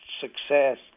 success